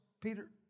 Peter